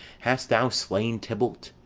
hast thou slain tybalt?